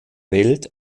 welt